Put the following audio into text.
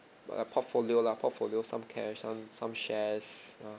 like a portfolio lah portfolio some cash some some shares ya